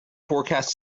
forecast